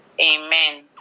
Amen